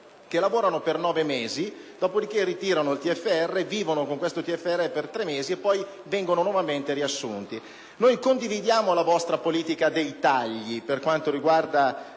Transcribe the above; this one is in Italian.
che lavorano per nove mesi, dopodiché ritirano il TFR con cui vivono per tre mesi per poi essere nuovamente riassunti. Condividiamo la vostra politica dei tagli, per quanto riguarda